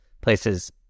places